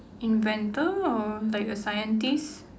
inventor or like a scientist